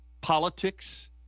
Politics